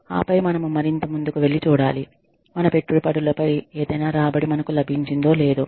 ఆపై మనము మరింత ముందుకు వెళ్లి చూడాలి మన పెట్టుబడులపై ఏదైనా రాబడి మనకు లభించిందో లేదో